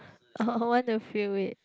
I want to feel it